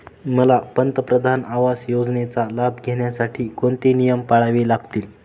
मला पंतप्रधान आवास योजनेचा लाभ घेण्यासाठी कोणते नियम पाळावे लागतील?